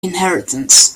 inheritance